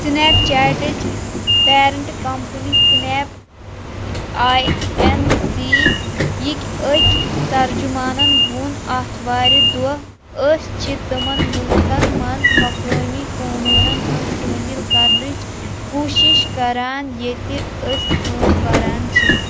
Snap چیٹٕچ پیرٮ۪نٛٹہٕ company Snap I N C یِکۍ أکۍ ترجُمانَن ووٚن آتھوارِ دۄہ أسۍ چھِ تِمَن مُلکَن منٛز مُقٲمی قونوٗنَن ہٕنٛز تعمیٖل کَرنٕچ کوٗشش کَران ییٚتہِ أسۍ کٲم کَران چھِ